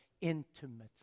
intimately